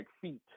feet